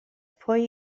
pwy